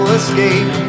escape